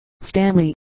Stanley